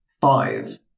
five